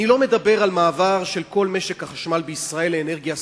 אני לא מדבר על מעבר של כל משק החשמל בישראל לאנרגיה סולרית,